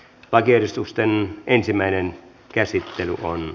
lakiehdotusten ensimmäinen käsittely päättyi